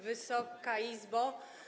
Wysoka Izbo!